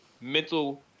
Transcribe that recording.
mental